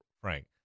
Frank